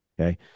okay